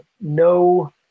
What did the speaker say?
no